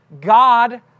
God